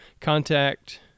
contact